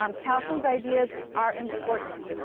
um kaufman's ideas are important,